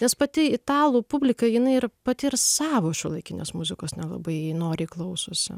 nes pati italų publika jinai ir pati ir savo šiuolaikinės muzikos nelabai noriai klausosi